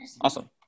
Awesome